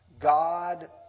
God